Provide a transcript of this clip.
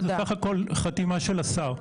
זה בסך הכול חתימה של השר.